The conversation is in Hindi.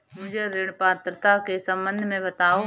मुझे ऋण पात्रता के सम्बन्ध में बताओ?